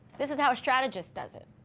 this is how a strategist does it.